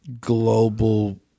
global